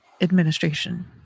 administration